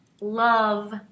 love